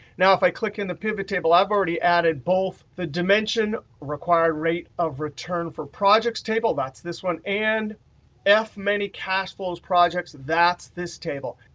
now if i click in the pivot table, i've already added both the dimension required rate of return for projects table. that's this one, and f many cash flows projects, that's this table.